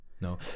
no